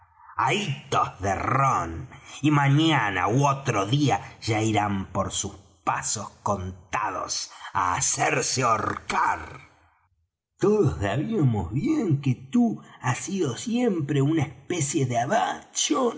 ahitos de rom y mañana ú otro día ya irán por sus pasos contados á hacerse ahorcar todos sabíamos bien que tú has sido siempre una especie de abad